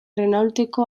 renaulteko